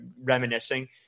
reminiscing